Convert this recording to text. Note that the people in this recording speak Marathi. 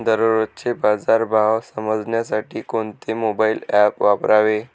दररोजचे बाजार भाव समजण्यासाठी कोणते मोबाईल ॲप वापरावे?